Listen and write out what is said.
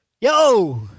Yo